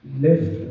left